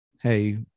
Hey